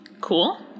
cool